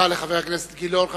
תודה לחבר הכנסת גילאון.